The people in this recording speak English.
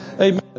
Amen